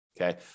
okay